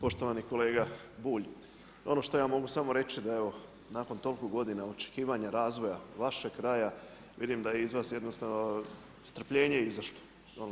Poštovani kolega Bulj, ono što ja mogu samo reći da je nakon toliko godina očekivanja razvoja vašeg kraja, vidim da je iz vas jednostavno strpljenje izašlo.